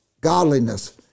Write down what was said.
godliness